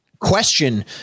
question